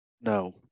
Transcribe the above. No